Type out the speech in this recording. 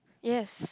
yes